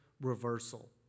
reversal